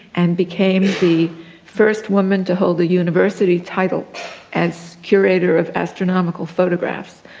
and became the first woman to hold a university title as curator of astronomical photographs.